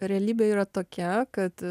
realybė yra tokia kad